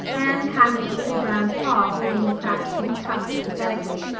anne patted the little brown paw holding the cracked pink cup sympathetically.